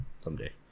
someday